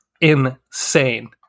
insane